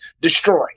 Destroy